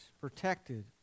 protected